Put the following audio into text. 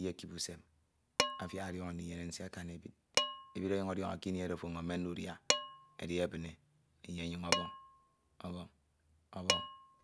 iyekip usem afiak ọdiọñọ ndinyene nsie akan ebid, ebid ọnyuñ ọdiọñọ fin kini oro ofo edide ebine e, enye ọnyuñ ọbọñ,